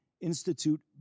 Institute